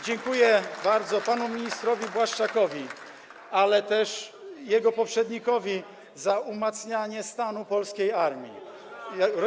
Dziękuję bardzo panu ministrowi Błaszczakowi, ale też jego poprzednikowi, za umacnianie polskiej armii.